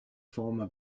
former